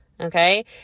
Okay